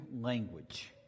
language